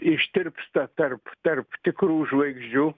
ištirpsta tarp tarp tikrų žvaigždžių